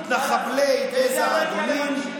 מתנחבלי גזע האדונים,